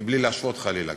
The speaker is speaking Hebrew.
מבלי להשוות חלילה,